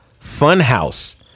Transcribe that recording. Funhouse